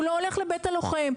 הוא לא הולך לבית הלוחם,